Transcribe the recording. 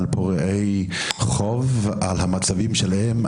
על פורעי חוב על המצבים שלהם,